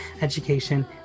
education